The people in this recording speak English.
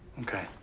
okay